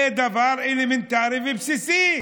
זה דבר אלמנטרי ובסיסי.